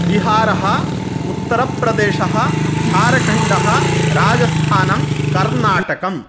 बिहारः उत्तरप्रदेशः झार्खण्डः राजस्थानं कर्नाटकम्